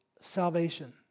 salvation